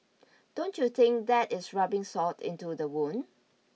don't you think that is rubbing salt into the wound